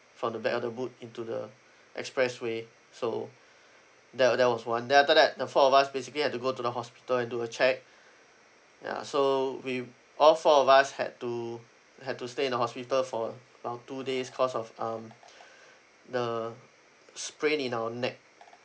from the back of the boot into the expressway so that wa~ that was one then after that the four of us basically have to go to the hospital and do a check ya so we all four of us had to had to stay in the hospital for around two days cause of um the sprain in our neck